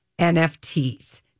NFTs